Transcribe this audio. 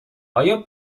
آیا